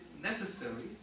necessary